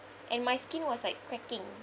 and my skin was like cracking